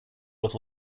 with